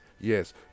Yes